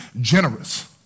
generous